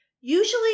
Usually